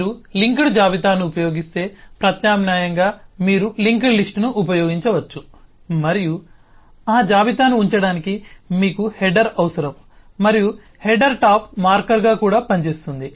మీరు లింక్డ్ జాబితాను ఉపయోగిస్తే ప్రత్యామ్నాయంగా మీరు లింక్డ్ లిస్ట్ను ఉపయోగించవచ్చు మరియు ఆ జాబితాను ఉంచడానికి మీకు హెడర్ అవసరం మరియు ఆ హెడర్ టాప్ మార్కర్గా కూడా పనిచేస్తుంది